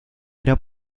era